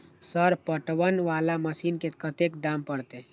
Sir पटवन वाला machine के कतेक दाम परतें?